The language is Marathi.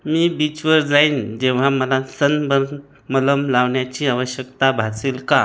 मी बीचवर जाईन जेव्हा मला सन बर्न मलम लावण्याची आवश्यकता भासेल का